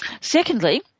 secondly